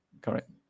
correct